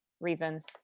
reasons